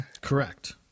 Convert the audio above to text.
Correct